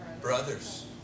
Brothers